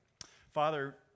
Father